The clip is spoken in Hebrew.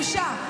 בושה,